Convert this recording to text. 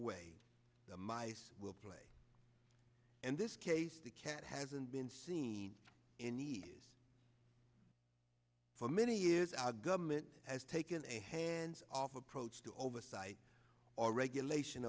away the mice will play and this case the cat hasn't been seen in years for many years our government has taken a hands off approach to oversight or regulation